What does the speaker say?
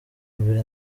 mbere